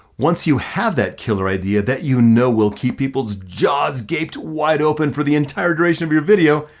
once you have that killer idea that you know will keep people's jaws gaped wide open for the entire duration of your video,